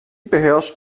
beherrscht